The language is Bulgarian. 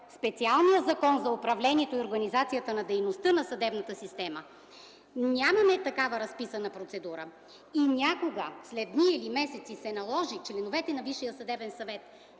специален спрямо Закона за управлението и организацията на дейността на съдебната система, нямаме такава разписана процедура, и някога – след дни или месеци – се наложи членовете на